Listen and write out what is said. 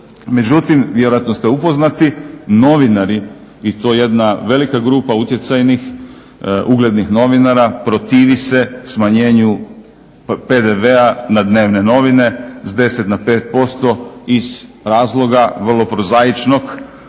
Međutim vjerojatno ste upoznati, novinari i to jedna velika grupa utjecajnih uglednih novinara protivi se smanjenju PDV-a na dnevne novine s 10 na 5% iz razloga vrlo prozaičnog